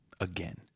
again